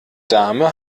dame